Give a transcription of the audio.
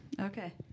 Okay